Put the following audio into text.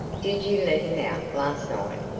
did you let him out last night?